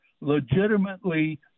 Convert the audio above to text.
legitimately